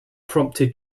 prompted